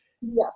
Yes